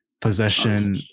Possession